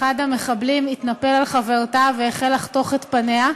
אחד המחבלים התנפל על חברתה והחל לחתוך את פניה,